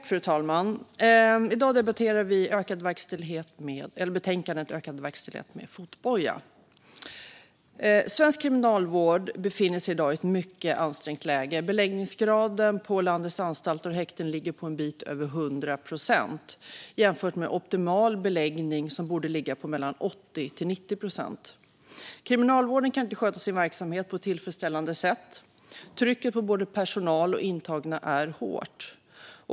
Fru talman! Vi debatterar betänkandet Ökad kontroll vid verkställighet av fängelsestraff med fotboja . Svensk kriminalvård befinner sig i dag i ett mycket ansträngt läge. Beläggningsgraden på landets anstalter och häkten ligger på en bit över 100 procent. Optimal beläggning är mellan 80 och 90 procent. Kriminalvården kan inte sköta sin verksamhet på ett tillfredställande sätt. Trycket på både personal och intagna är hårt.